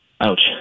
ouch